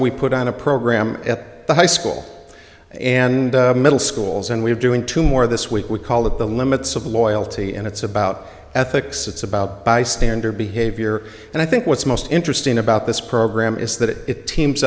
we put on a program at the high school and middle schools and we're doing two more this week we call it the limits of loyalty and it's about ethics it's about bystander behavior and i think what's most interesting about this program is that it teams